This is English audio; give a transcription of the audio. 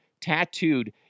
tattooed